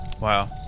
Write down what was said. wow